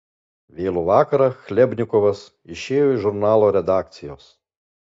vėlų vakarą chlebnikovas išėjo iš žurnalo redakcijos